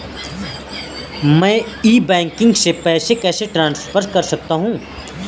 मैं e banking से पैसे कैसे ट्रांसफर कर सकता हूं?